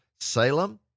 Salem